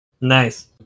Nice